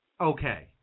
okay